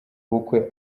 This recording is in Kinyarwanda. bukwe